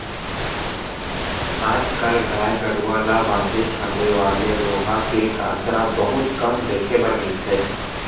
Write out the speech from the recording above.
आज कल गाय गरूवा ल बांधे छांदे वाले लोहा के कांसरा बहुते कम देखे बर मिलथे